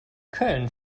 köln